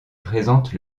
présente